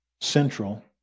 central